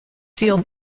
sealed